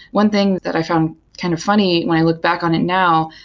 one thing that i found kind of funny when i look back on it now,